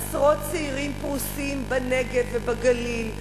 עשרות צעירים פרוסים בנגב ובגליל,